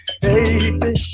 baby